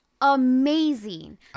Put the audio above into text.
amazing